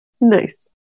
Nice